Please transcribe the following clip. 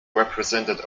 represented